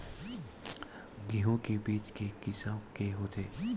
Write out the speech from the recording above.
गेहूं के बीज के किसम के होथे?